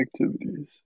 activities